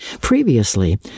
Previously